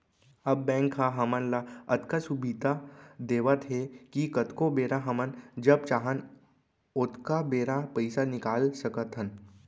अब बेंक ह हमन ल अतका सुबिधा देवत हे कि कतको बेरा हमन जब चाहन ओतका बेरा पइसा निकाल सकत हन